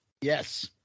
yes